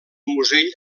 musell